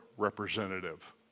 representative